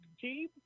team